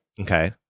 Okay